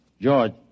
George